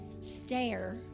stare